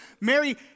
Mary